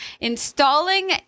Installing